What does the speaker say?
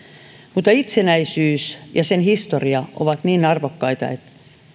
mutta itsenäisyys ja sen historia ovat niin arvokkaita että